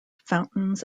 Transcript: fountains